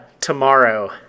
tomorrow